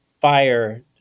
fire